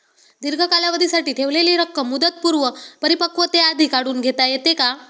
दीर्घ कालावधीसाठी ठेवलेली रक्कम मुदतपूर्व परिपक्वतेआधी काढून घेता येते का?